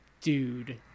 dude